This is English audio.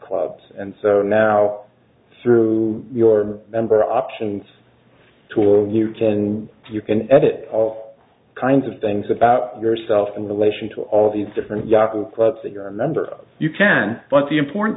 clubs and so now through your member options tour you can you can edit all kinds of things about yourself in relation to all these different yahoo clubs that you're a member of you can but the important